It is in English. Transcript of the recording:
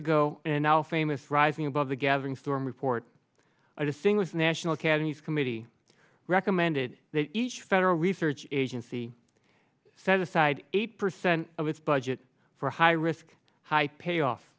ago and now famous rising above the gathering storm report a distinguished national academies committee recommended that each federal research agency set aside eight percent of its budget for high risk high payoff